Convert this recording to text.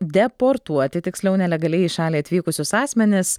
deportuoti tiksliau nelegaliai į šalį atvykusius asmenis